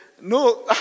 No